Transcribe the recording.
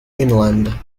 inland